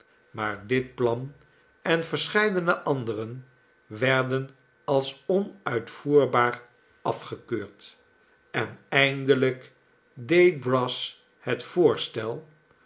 maar dit plan en verscheidene anderen werden als onuitvoerbaar afgekeurd en eindelijk deed brass het voorstel